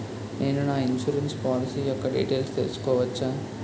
నేను నా insurance policy యెక్క డీటైల్స్ తెల్సుకోవచ్చా?